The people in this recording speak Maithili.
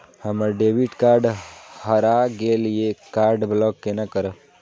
हमर डेबिट कार्ड हरा गेल ये कार्ड ब्लॉक केना करब?